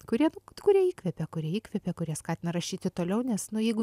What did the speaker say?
kurie kurie įkvepia kurie įkvepia kurie skatina rašyti toliau nes nu jeigu